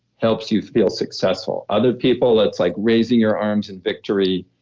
helps you feel successful. other people, it's like raising your arms in victory.